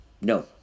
No